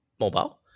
mobile